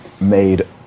made